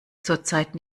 zurzeit